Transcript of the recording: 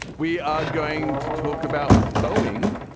we are going to talk about boeing,